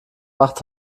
macht